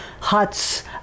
huts